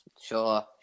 Sure